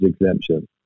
exemption